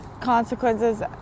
consequences